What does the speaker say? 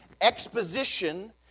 exposition